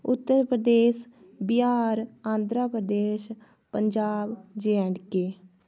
Uttar Pradesh Bihar Andhra Pradesh Punjab J and K